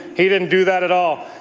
he didn't do that at all.